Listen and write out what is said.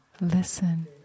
listen